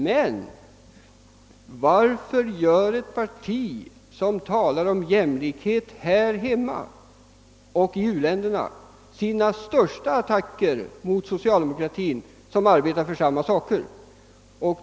Men varför gör ett parti, som talar om jämlikhet här hemma och i u-länderna, sina kraftigaste attacker mot socialdemokratin, som arbetar för samma saker?